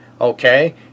Okay